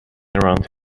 around